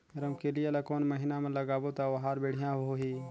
रमकेलिया ला कोन महीना मा लगाबो ता ओहार बेडिया होही?